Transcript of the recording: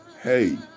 hey